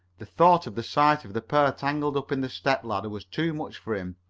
the thought of the sight of the pair tangled up in the step-ladder was too much for him,